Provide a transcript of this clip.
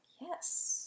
yes